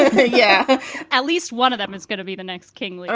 ah yeah at least one of them is going to be the next king